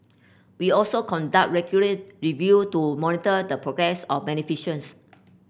we also conduct regular review to monitor the progress of beneficial